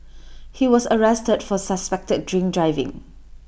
he was arrested for suspected drink driving